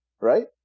right